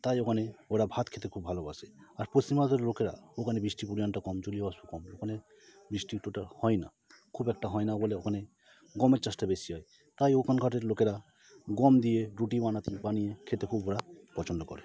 তাই ওখানে ওরা ভাত খেতে খুব ভালোবাসে আর পশ্চিমবঙ্গের লোকেরা ওখানে বৃষ্টির পরিমাণটা কম জলীয় বাষ্প কম ওখানে বৃষ্টি অতোটা হয় না খুব একটা হয় না বলে ওখানে গমের চাষটা বেশি হয় তাই ওখানকারের লোকেরা গম দিয়ে রুটি বানাতে বানিয়ে খেতে খুব ওরা পছন্দ করে